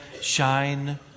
shine